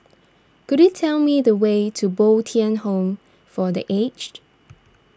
could you tell me the way to Bo Tien Home for the Aged